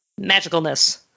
magicalness